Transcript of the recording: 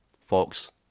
Fox